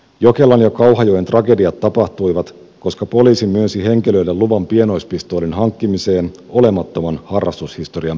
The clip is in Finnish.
jokelan ja kauhajoen tragediat tapahtuivat koska poliisi myönsi henkilöille luvan pienoispistoolin hankkimiseen olemattoman harrastushistorian perusteella